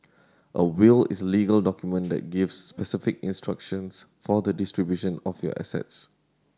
a will is a legal document that gives specific instructions for the distribution of your assets